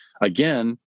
again